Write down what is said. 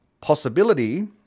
possibility